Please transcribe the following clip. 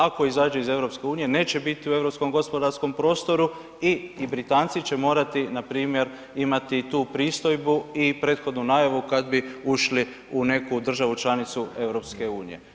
Ako izađe iz EU, neće biti u europskom gospodarskom prostoru i Britanci će morati, npr. imati tu pristojbu i prethodnu najavu kad bi ušli u neku državu članicu EU.